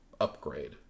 upgrade